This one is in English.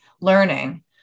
learning